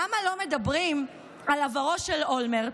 למה לא מדברים על עברו של אולמרט,